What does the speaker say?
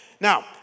Now